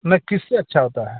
नहीं किससे अच्छा होता है